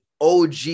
OG